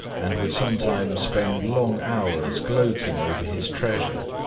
and would sometimes spend long hours gloating over his treasure.